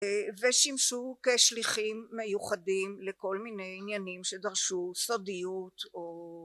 ושימשו כשליחים מיוחדים לכל מיני עניינים שדרשו סודיות או